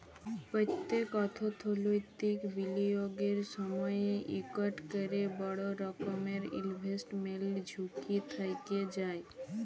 প্যত্তেক অথ্থলৈতিক বিলিয়গের সময়ই ইকট ক্যরে বড় রকমের ইলভেস্টমেল্ট ঝুঁকি থ্যাইকে যায়